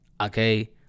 okay